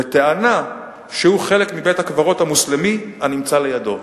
בטענה שהוא חלק מבית-הקברות המוסלמי הנמצא לידו.